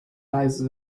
leise